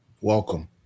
Welcome